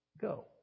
go